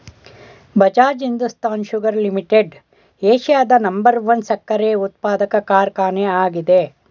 Bajaj Hindustan sugar limited ಏಷ್ಯಾದ number one ಸಕ್ಕರೆ ಉತ್ಪಾದಕ ಕಾರ್ಖಾನೆ ಆಗಿದೆ